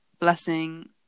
Blessing